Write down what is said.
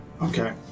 Okay